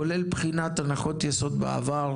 כולל בחינת הנחות יסוד מהעבר,